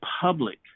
public